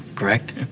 correct?